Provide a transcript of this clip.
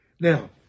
Now